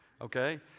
okay